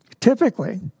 typically